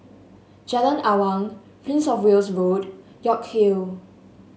Jalan Awang Prince Of Wales Road York Hill